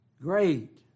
Great